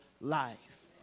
life